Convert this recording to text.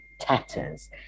tatters